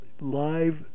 live